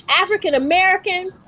african-american